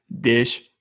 Dish